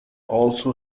also